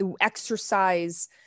exercise